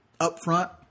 upfront